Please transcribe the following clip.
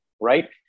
right